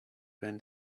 been